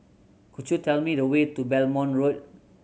could you tell me the way to Belmont Road